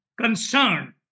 concerned